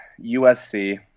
USC